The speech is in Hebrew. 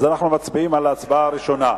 אנחנו מצביעים על ההצעה הראשונה.